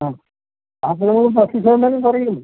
ആ അപ്പോൾ പത്ത് ശതമാനം കുറയും